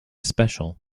special